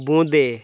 বোঁদে